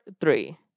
three